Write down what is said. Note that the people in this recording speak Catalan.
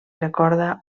recorda